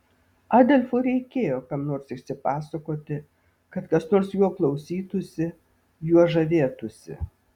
adolfui reikėjo kam nors išsipasakoti kad kas nors jo klausytųsi juo žavėtųsi